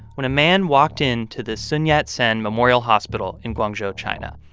when a man walked into the sun yat-sen memorial hospital in guangzhou, china.